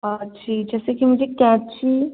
अच्छी जैसे कि मुझे कैंची